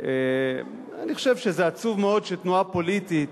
אני חושב שעצוב מאוד שתנועה פוליטית